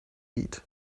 eat